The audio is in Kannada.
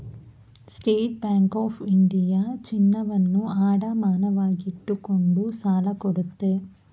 ಸ್ಟೇಟ್ ಬ್ಯಾಂಕ್ ಆಫ್ ಇಂಡಿಯಾ ಚಿನ್ನವನ್ನು ಅಡಮಾನವಾಗಿಟ್ಟುಕೊಂಡು ಸಾಲ ಕೊಡುತ್ತೆ